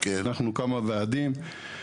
אנחנו כמה ועדים.